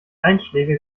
einschläge